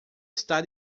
está